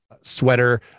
sweater